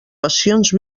passions